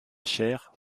chair